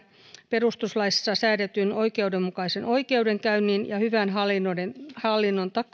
perustuslaissa säädettyjen oikeudenmukaisen oikeudenkäynnin ja hyvän hallinnon hallinnon